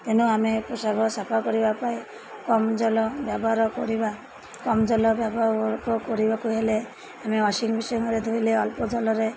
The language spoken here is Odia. ତେନୁ ଆମେ ପୋଷାକ ସଫା କରିବା ପାଇଁ କମ୍ ଜଲ ବ୍ୟବହାର କରିବା କମ୍ ଜଲ ବ୍ୟବହାର କରିବାକୁ ହେଲେ ଆମେ ୱାସିଂ ମେସିନ୍ରେ ଧୋଇଲେ ଅଳ୍ପ ଜଲରେ